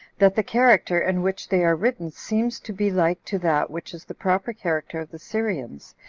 that the character in which they are written seems to be like to that which is the proper character of the syrians,